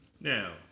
Now